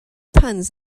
puns